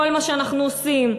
כל מה שאנחנו עושים,